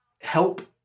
help